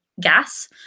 gas